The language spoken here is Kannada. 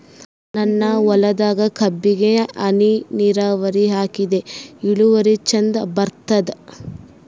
ನನ್ನ ಹೊಲದಾಗ ಕಬ್ಬಿಗಿ ಹನಿ ನಿರಾವರಿಹಾಕಿದೆ ಇಳುವರಿ ಚಂದ ಬರತ್ತಾದ?